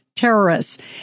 Terrorists